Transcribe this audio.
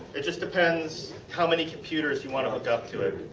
it just depends how many computers you want to hook up to it.